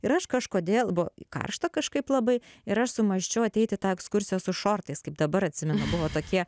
ir aš kažkodėl bu karšta kažkaip labai ir aš sumąsčiau ateiti į tą ekskursiją su šortais kaip dabar atsimenu buvo tokie